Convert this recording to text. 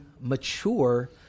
mature